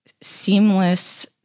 seamless